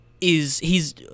is—he's